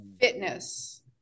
Fitness